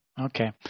Okay